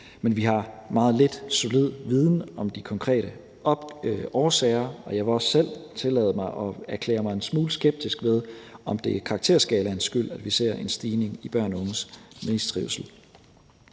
men vi har meget lidt solid viden om de konkrete årsager. Og jeg vil også selv tillade mig at erklære mig en smule skeptisk ved, om det er karakterskalaens skyld, at vi ser en stigning i børns og unges mistrivsel.